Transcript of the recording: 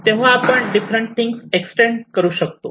तेव्हा आपण different things extend करू शकतो